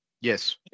Yes